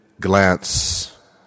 glance